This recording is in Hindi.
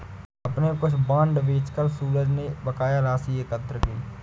अपने कुछ बांड बेचकर सूरज ने बकाया राशि एकत्र की